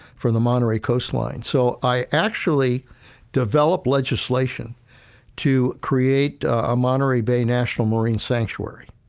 for the monterey coastline. so, i actually developed legislation to create a monterey bay national marine sanctuary.